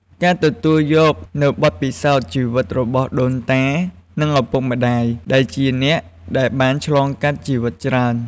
ការទទួលយកនូវបទពិសោធន៍ជីវិតរបស់ដូនតា និងឪពុកម្តាយ ដែលជាអ្នកដែលបានឆ្លងកាត់ជីវិតច្រើន។